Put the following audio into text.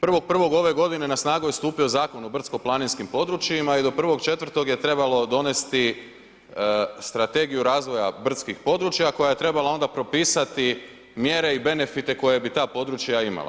1.1. ove godine na snagu je stupio Zakon o brdsko-planinskim područjima i do 1.4. je trebalo donesti Strategiju razvoja brdskih-područja koja je trebala onda propisati mjere i benefite koje bi ta područja imala.